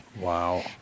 Wow